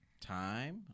time